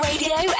Radio